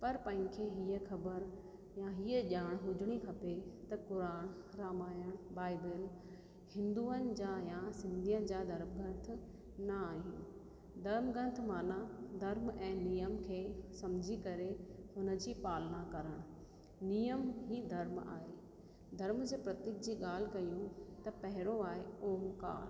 पर पंहिंखें हीअ ख़बर या हीअ ॼाण हुजिणी खपे त क़ुरान रामायण बाइबिल हिंदुयुनि जा या सिंधियुनि जा धर्म ग्रंथ न आहिनि धर्म ग्रंथ माना धर्म ऐं नियम खे सम्झी करे उन जी पालना करण नियम ई धर्म आहे धर्म जे प्रतीक जी ॻाल्हि कयूं त पहिरों आहे ओंकार